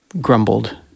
grumbled